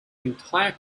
entire